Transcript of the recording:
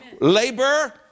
Labor